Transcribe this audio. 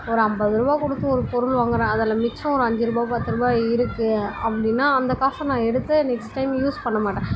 ஒரு ஐம்பது ரூபா கொடுத்து ஒரு பொருள் வாங்குகிறேன் அதில் மிச்சம் ஒரு அஞ்சி ரூபாய் பத்து ரூபாய் இருக்குது அப்படின்னா அந்த காசை நான் எடுத்து நெக்ஸ்ட் டைம் யூஸ் பண்ணமாட்டேன்